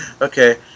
Okay